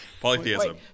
Polytheism